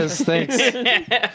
thanks